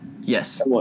Yes